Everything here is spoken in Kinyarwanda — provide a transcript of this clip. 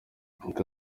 kandi